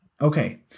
Okay